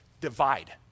divide